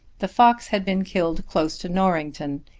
the fox had been killed close to norrington,